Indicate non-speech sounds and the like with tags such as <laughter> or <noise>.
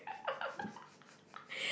<laughs>